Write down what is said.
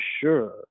sure